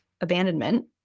abandonment